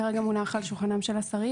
כרגע הוא מונח על שולחנם של השרים.